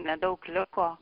nedaug liko